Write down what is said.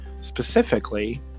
specifically